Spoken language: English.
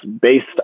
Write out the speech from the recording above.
based